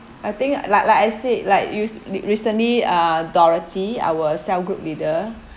I think like like I said like used re~ recently uh dorothy our cell group leader